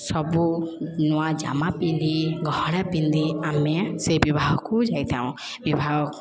ସବୁ ନୂଆ ଜାମା ପିନ୍ଧି ଗହଣା ପିନ୍ଧି ଆମେ ସେ ବିବାହକୁ ଯାଇଥାଉ ବିବାହ